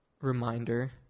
reminder